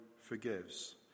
forgives